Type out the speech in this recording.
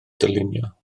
dylunio